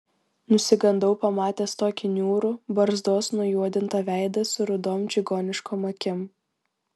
nusigandau pamatęs tokį niūrų barzdos nujuodintą veidą su rudom čigoniškom akim